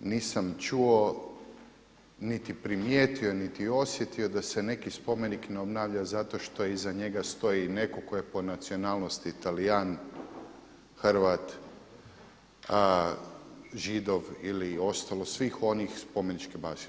nisam čuo niti primijetio, niti osjetio da se neki spomenik ne obnavlja zato što iza njega stoji netko tko je po nacionalnosti Talijan, Hrvat, Židov ili ostalo svih onih spomeničke baštine.